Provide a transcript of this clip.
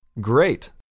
Great